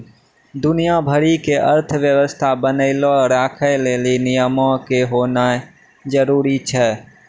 दुनिया भरि के अर्थव्यवस्था बनैलो राखै लेली नियमो के होनाए जरुरी छै